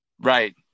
Right